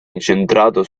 incentrato